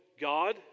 God